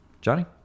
Johnny